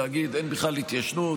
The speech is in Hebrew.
להגיד שאין בכלל התיישנות,